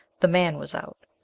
the man was out.